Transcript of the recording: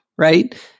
right